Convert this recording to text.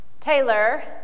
Taylor